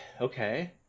okay